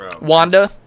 Wanda